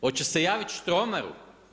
Hoće se javiti Štromaru?